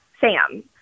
Sam